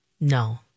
No